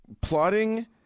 plotting